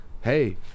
hey